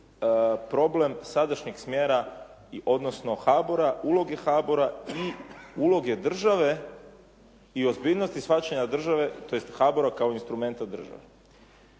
problem sadašnjeg smjera, odnosno HBOR-a, uloge HBOR-a i uloge države i ozbiljnosti shvaćanja države tj. HBOR-a kao instrumenta države.